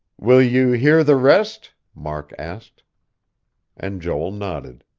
will you hear the rest? mark asked and joel nodded.